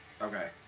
Okay